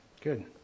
Good